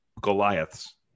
Goliaths